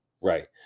Right